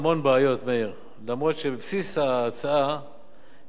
אף-על-פי שבבסיס ההצעה יש איזה צדק,